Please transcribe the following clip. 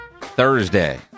Thursday